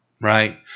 Right